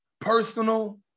personal